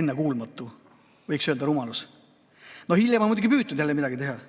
ennekuulmatu, võiks öelda, et rumalus. Hiljem on muidugi püütud jälle midagi teha –